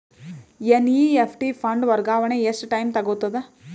NEFT fund ವರ್ಗಾವಣೆ ಎಷ್ಟ time ತೋಗೊತದ?